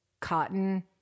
Cotton